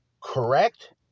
correct